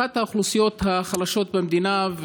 אחת האוכלוסיות החלשות במדינה,